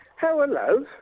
Hello